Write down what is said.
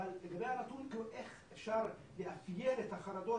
אבל לגבי הנתון, איך אפשר לאפיין את החרדות